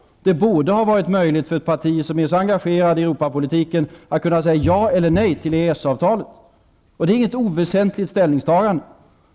Det borde ha varit möjligt för ett parti som är så engagerat i Europapolitiken att säga ja eller nej till EES Det är inget oväsentligt ställningstagande.